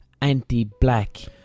anti-black